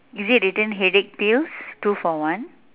is it written headache pills two for one